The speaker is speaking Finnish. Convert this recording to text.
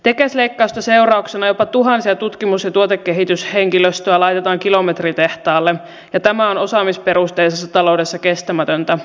tekes leikkausten seurauksena jopa tuhansittain tutkimus ja tuotekehityshenkilöstöä laitetaan kilometritehtaalle ja tämä on osaamisperusteisessa taloudessa kestämätöntä